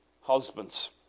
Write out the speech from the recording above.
husbands